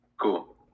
cool